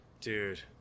Dude